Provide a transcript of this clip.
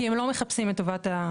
כי הם לא מחפשים את טובת המפוקחים,